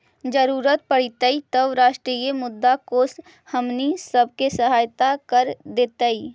जरूरत पड़तई तब अंतर्राष्ट्रीय मुद्रा कोश हमनी सब के सहायता कर देतई